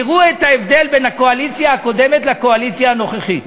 תראו את ההבדל בין הקואליציה הקודמת לקואליציה הנוכחית,